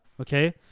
Okay